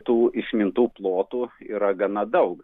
tų išmintų plotų yra gana daug